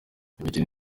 imikino